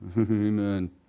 amen